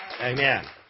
Amen